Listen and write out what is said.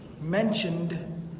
mentioned